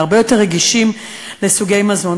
להרבה יותר רגישים לסוגי מזון.